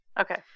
Okay